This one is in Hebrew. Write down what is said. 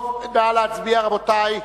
נא להצביע, רבותי.